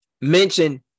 mention